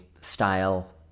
style